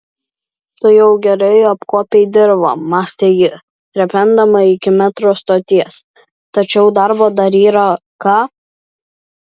tu jau gerai apkuopei dirvą mąstė ji trependama iki metro stoties tačiau darbo dar yra ką